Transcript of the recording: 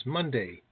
Monday